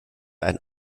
ein